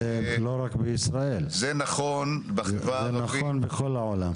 זה לא רק בישראל, זה נכון בכל העולם.